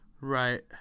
Right